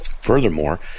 Furthermore